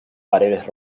paredes